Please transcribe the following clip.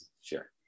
Sure